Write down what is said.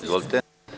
Izvolite.